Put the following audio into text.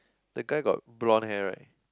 the guy got blonde hair right